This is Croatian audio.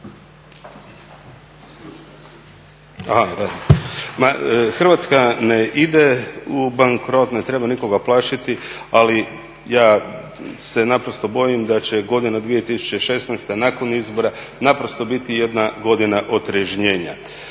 Hrvatska ne ide u bankrot, ne treba nikoga plašiti, ali ja se naprosto bojim da će godina 2016. nakon izbora naprosto biti jedna godina otrežnjenja.